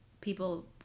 people